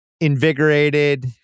invigorated